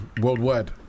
worldwide